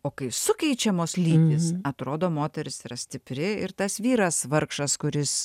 o kai sukeičiamos lytys atrodo moteris yra stipri ir tas vyras vargšas kuris